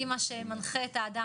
היא מה שמנחה את האדם,